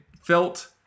felt